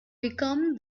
become